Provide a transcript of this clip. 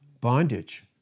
Bondage